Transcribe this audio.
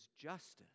justice